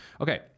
Okay